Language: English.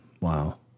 Wow